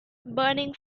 burning